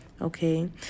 Okay